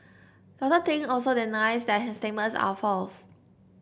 Doctor Ting also denies that his statements are false